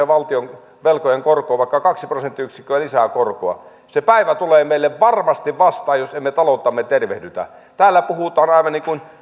valtionvelkojen korkoon tulee vaikka kaksi prosenttiyksikköä lisää se päivä tulee meille varmasti vastaan jos emme talouttamme tervehdytä täällä puhutaan aivan niin kuin